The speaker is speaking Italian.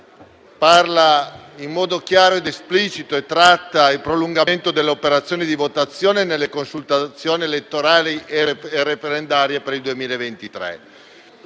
tratta in modo chiaro ed esplicito del prolungamento delle operazioni di votazione nelle consultazioni elettorali e referendarie per il 2023.